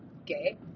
Okay